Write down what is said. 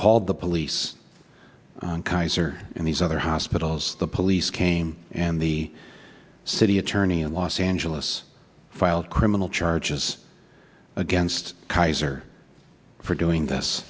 called the police kaiser and these other hospitals the police came and the city attorney in los angeles filed criminal charges against kaiser for doing this